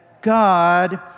God